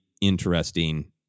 interesting